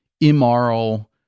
immoral